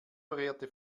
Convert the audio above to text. verehrte